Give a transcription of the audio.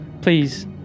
Please